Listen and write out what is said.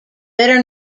better